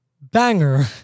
banger